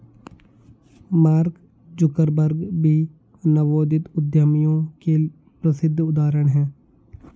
mark Zuckerberg भी नवोदित उद्यमियों के प्रसिद्ध उदाहरण हैं